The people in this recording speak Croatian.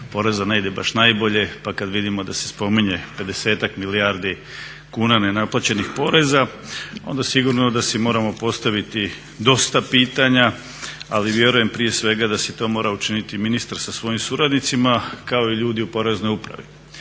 poreza ne ide baš najbolje pa kada vidimo da se spominje pedesetak milijardi kuna nenaplaćenih poreza onda sigurno da si moramo postaviti dosta pitanja, ali vjerujem prije svega da si to mora učiniti ministar sa svojim suradnicima kao i ljudi u Poreznoj upravi.